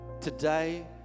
Today